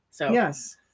Yes